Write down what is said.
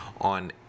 on